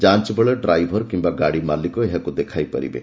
ଯାଞ୍ଚ ବେଳେ ଡାଇଭର କିମ୍ବା ଗାଡ଼ି ମାଲିକ ଏହାକୁ ଦେଖାଇ ପାରିବେ